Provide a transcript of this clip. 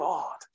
God